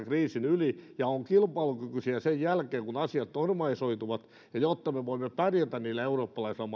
kriisin yli ja ovat kilpailukykyisiä sen jälkeen kun asiat normalisoituvat jotta me voimme pärjätä niillä eurooppalaisilla